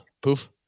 Poof